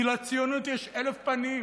כי לציונות יש אלף פנים.